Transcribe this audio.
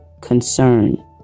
concern